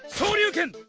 shoryuken.